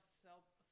self-